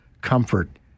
comfort